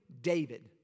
David